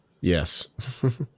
Yes